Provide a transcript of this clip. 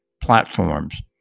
platforms